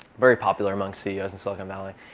very popular amongst ceos in silicon valley.